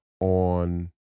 on